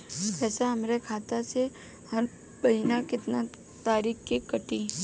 पैसा हमरा खाता से हर महीना केतना तारीक के कटी?